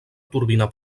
turbina